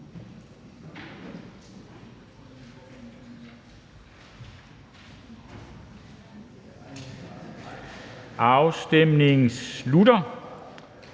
Afstemningen slutter.